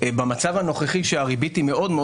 במצב הנוכחי כשהריבית גבוהה מאוד,